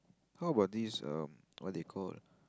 how about this um what they call